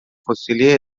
فسیلی